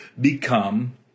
become